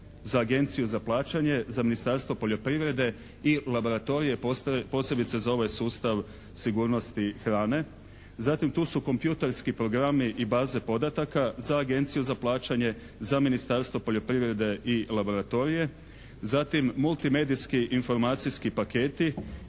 za Agenciju za plaćanje, za Ministarstvo poljoprivrede i laboratorije posebice za ovaj sustav sigurnosti hrane, zatim tu su kompjutorski programi i baze podataka za Agenciju za plaćanje, za Ministarstvo poljoprivrede i laboratorije, zatim multimedijski informacijski paketi